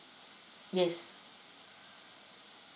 yes